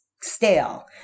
stale